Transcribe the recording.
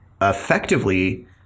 effectively